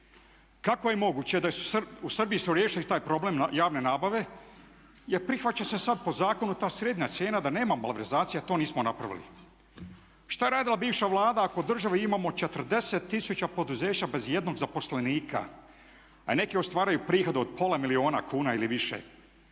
Kako je moguće da su u Srbiji riješili taj problem javne nabave, jer prihvaća se sad po zakonu ta srednja cijena da nema malverzacija, to nismo napravili. Šta je radila bivša Vlado ako u državi imao 40 tisuća poduzeća bez ijednog zaposlenika a neke ostvaruju prihode od pola milijuna kuna ili više?